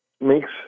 makes